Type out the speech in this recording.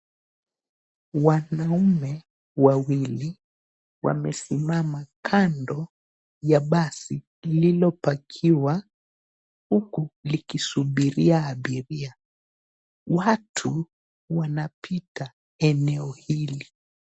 Wanaume wawili wamesimama kando ya basi lilopakiwa uku likisubiria abiria. Watu wanapita eneo hili.